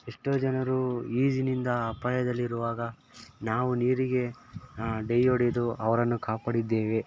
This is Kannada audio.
ಎಷ್ಟೋ ಜನರು ಈಜಿನಿಂದ ಅಪಾಯದಲ್ಲಿರುವಾಗ ನಾವು ನೀರಿಗೆ ಡೈ ಹೊಡೆದು ಅವರನ್ನು ಕಾಪಾಡಿದ್ದೇವೆ